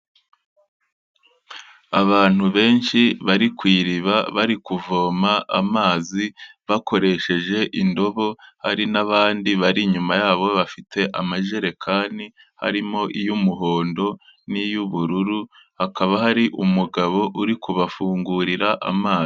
Abantu benshi bari ku iriba bari kuvoma amazi bakoresheje indobo, hari n'abandi bari inyuma yabo bafite amajerekani harimo iy'umuhondo n'iy'ubururu, hakaba hari umugabo uri kubafungurira amazi.